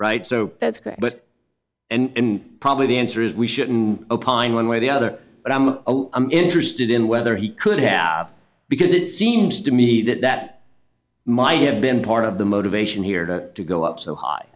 right so that's great but and probably the answer is we shouldn't opine one way or the other but i'm interested in whether he could have because it seems to me that that might have been part of the motivation here to to go up so